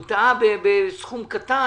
והוא טעה בסכום קטן,